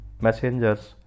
messengers